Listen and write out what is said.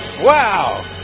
Wow